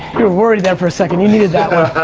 you were worried there for a second, you needed that one.